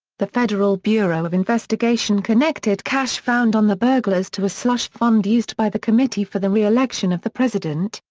the federal bureau of investigation connected cash found on the burglars to a slush fund used by the committee for the re-election of the president,